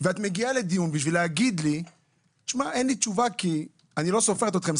ואת מגיעה לדיון כדי להגיד לי שאין לך תשובה אז את לא סופרת אותנו.